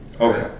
Okay